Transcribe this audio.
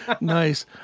Nice